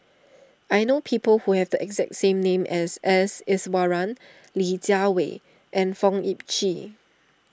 I know people who have the exact name as S Iswaran Li Jiawei and Fong Sip Chee